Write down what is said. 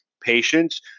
patients